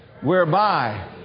whereby